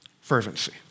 fervency